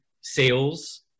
sales